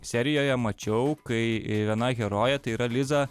serijoje mačiau kai viena herojė tai yra liza